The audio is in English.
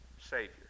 Savior